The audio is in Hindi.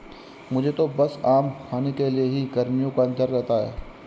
मुझे तो बस आम खाने के लिए ही गर्मियों का इंतजार रहता है